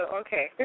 okay